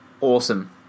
Awesome